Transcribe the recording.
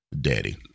daddy